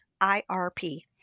I-R-P